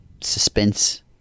suspense